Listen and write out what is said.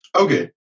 Okay